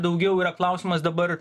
daugiau yra klausimas dabar